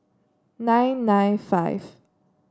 nine nine five